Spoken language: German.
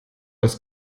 das